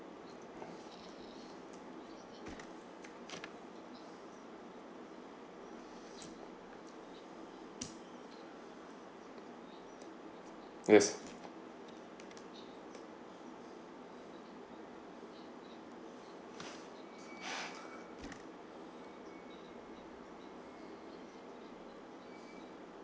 yes